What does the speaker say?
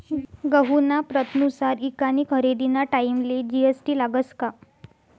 गहूना प्रतनुसार ईकानी खरेदीना टाईमले जी.एस.टी लागस का?